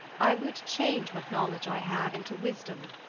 i would change what knowledge i have into wisdom,